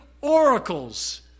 oracles